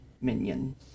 Minion